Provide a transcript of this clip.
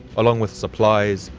along with supplies,